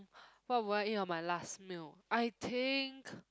what would I eat on my last meal I think